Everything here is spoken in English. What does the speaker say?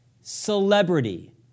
celebrity